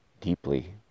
deeply